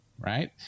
right